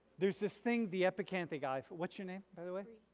there's this thing the epicanthic eye. what's your name by the way?